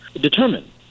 determined